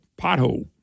pothole